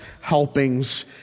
helpings